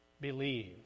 Believe